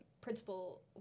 Principal